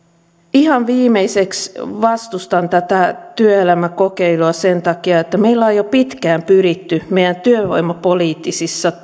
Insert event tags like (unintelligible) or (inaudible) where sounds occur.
ihan viimeiseksi vastustan tätä työelämäkokeilua sen takia että meillä on jo pitkään pyritty meidän työvoimapoliittisissa (unintelligible)